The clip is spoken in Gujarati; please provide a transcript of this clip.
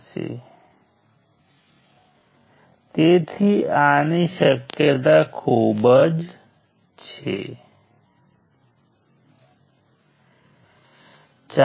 તેથી હવે અહીં લૂપ્સની સંખ્યા ગણવાનું ખૂબ જ સરળ છે